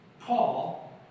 Paul